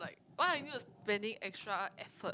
like why aren't you spending extra effort